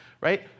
right